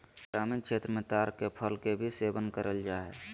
ग्रामीण क्षेत्र मे ताड़ के फल के भी सेवन करल जा हय